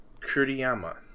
Kuriyama